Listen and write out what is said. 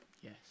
Yes